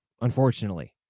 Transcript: unfortunately